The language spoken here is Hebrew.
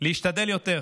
להשתדל יותר,